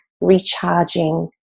recharging